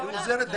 איך היא עוזרת?